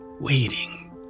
waiting